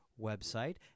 website